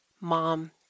mom